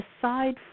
aside